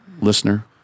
listener